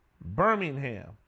Birmingham